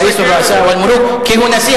רַאִיס אל-רֻאַסַאא ואל-מֻלוּכּ,